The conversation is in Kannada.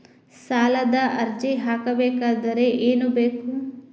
ಸಾಲದ ಅರ್ಜಿ ಹಾಕಬೇಕಾದರೆ ಏನು ಬೇಕು?